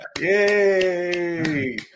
Yay